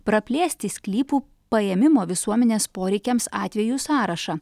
praplėsti sklypų paėmimo visuomenės poreikiams atvejų sąrašą